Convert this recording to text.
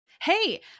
Hey